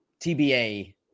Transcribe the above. TBA